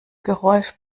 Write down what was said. geräusch